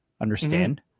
understand